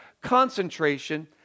concentration